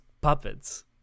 puppets